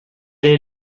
est